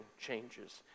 changes